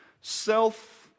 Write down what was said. self